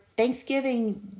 Thanksgiving